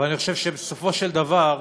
אבל אני חושב שבסופו של דבר,